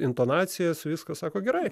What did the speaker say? intonacijas viskas sako gerai